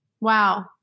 Wow